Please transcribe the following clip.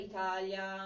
Italia